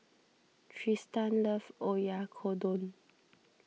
Trystan loves Oyakodon